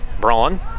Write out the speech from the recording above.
Braun